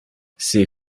c’est